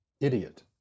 idiot